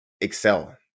excel